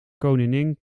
koningin